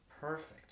Perfect